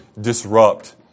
disrupt